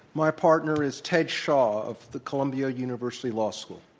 my partner is ted shaw of the columbia university law school.